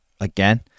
again